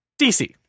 DC